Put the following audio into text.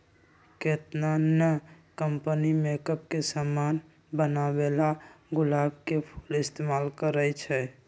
केतना न company makeup के समान बनावेला गुलाब के फूल इस्तेमाल करई छई